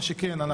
מה שכן,